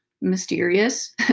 mysterious